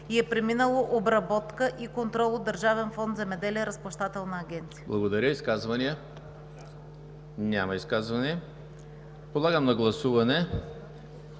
и е преминало обработка и контрол от Държавен фонд „Земеделие“ – „Разплащателна агенция.“